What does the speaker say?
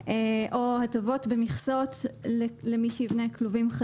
איך אתה תפלה בין מישהו למישהו בדבר